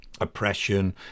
oppression